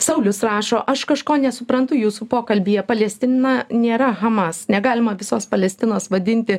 saulius rašo aš kažko nesuprantu jūsų pokalbyje palestina nėra hamas negalima visos palestinos vadinti